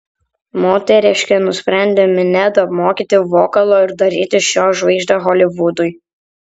moteriškė nusprendė minedą mokyti vokalo ir daryti iš jo žvaigždę holivudui